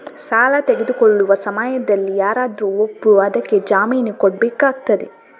ಸಾಲ ತೆಗೊಳ್ಳುವ ಸಮಯದಲ್ಲಿ ಯಾರಾದರೂ ಒಬ್ರು ಅದಕ್ಕೆ ಜಾಮೀನು ಕೊಡ್ಬೇಕಾಗ್ತದೆ